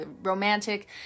romantic